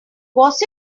was